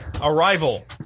Arrival